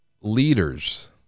leaders